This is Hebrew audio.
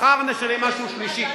מחר נשנה משהו שלישי.